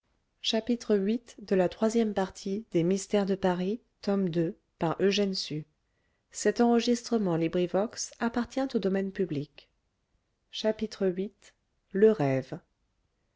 épouvantable viii le rêve